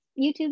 YouTube